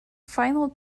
final